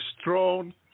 strong